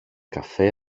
καφέ